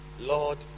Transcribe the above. Lord